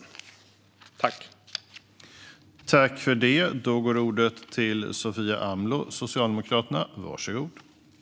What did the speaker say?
Då interpellanten anmält att han var förhindrad att närvara vid sammanträdet medgav förste vice talmannen att Sofia Amloh i stället fick delta i debatten.